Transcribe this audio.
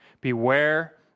Beware